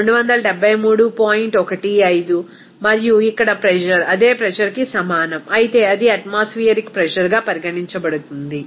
15 మరియు ఇక్కడ ప్రెజర్ అదే ప్రెజర్ కి సమానం అయితే అది అట్మాస్ఫియరిక్ ప్రెజర్ గా పరిగణించబడుతుంది